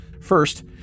First